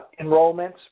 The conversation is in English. enrollments